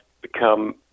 become